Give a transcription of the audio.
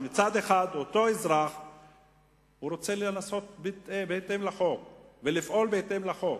כשמצד אחד אותו אזרח רוצה לעשות בהתאם לחוק ולפעול בהתאם לחוק,